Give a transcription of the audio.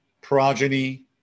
progeny